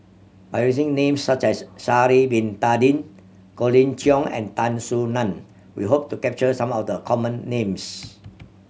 by using names such as Sha'ari Bin Tadin Colin Cheong and Tan Soo Nan we hope to capture some of the common names